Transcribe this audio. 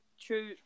true